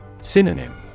Synonym